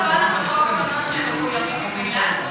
לא קבענו בחוק שהם מחויבים ממילא לפרסם את המשכורות,